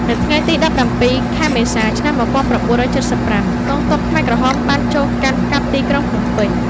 នៅថ្ងៃទី ១៧ ខែមេសា ឆ្នាំ ១៩៧៥ កងទ័ពខ្មែរក្រហមបានចូលកាន់កាប់ទីក្រុងភ្នំពេញ។